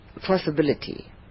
possibility